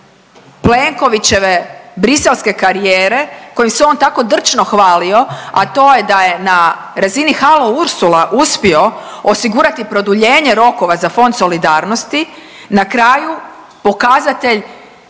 uspjeh Plenkovićeve briselske karijere kojom se on tako drčno hvalio, a to je da je na razini halo, Ursula, uspio osigurati produljenje rokova za Fond solidarnosti, na kraju pokazatelj